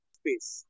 space